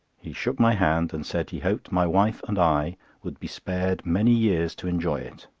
he shook my hand, and said he hoped my wife and i would be spared many years to enjoy it.